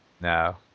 no